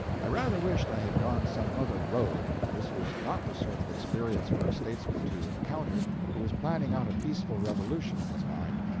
i rather wished i had gone some other road. this was not the sort of experience for a statesman to encounter who was planning out a peaceful revolution in his mind.